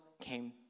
came